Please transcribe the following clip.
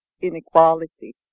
inequality